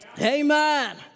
Amen